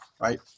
right